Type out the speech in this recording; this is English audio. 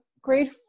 grade